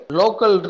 local